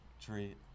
Treat